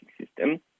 system